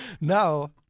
Now